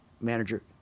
manager